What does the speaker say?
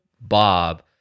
Bob